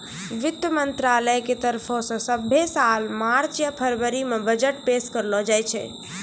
वित्त मंत्रालय के तरफो से सभ्भे साल मार्च या फरवरी मे बजट पेश करलो जाय छै